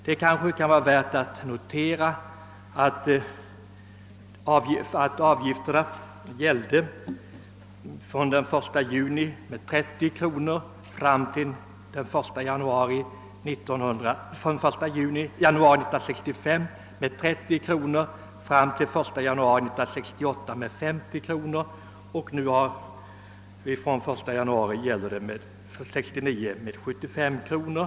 Det kanske kan vara värt att notera att avgiften fram till den 1 januari 1965 var 30 kronor, fram till den 1 januari 1968 50 kronor, och från den 1 januari 1969 är den alltså 75 kronor.